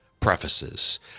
Prefaces